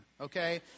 okay